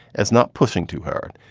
as not pushing too hard,